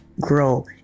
grow